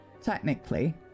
technically